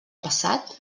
passat